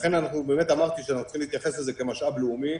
לכן באמת אמרתי שאני רוצה להתייחס לזה כמשאב לאומי.